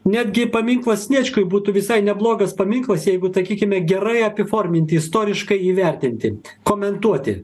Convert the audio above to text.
netgi paminklas sniečkui būtų visai neblogas paminklas jeigu sakykime gerai apiforminti istoriškai įvertinti komentuoti